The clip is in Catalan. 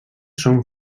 són